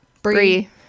brie